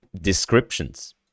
descriptions